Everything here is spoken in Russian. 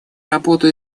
работу